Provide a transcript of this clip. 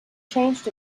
changed